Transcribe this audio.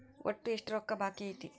ಒಟ್ಟು ಎಷ್ಟು ರೊಕ್ಕ ಬಾಕಿ ಐತಿ?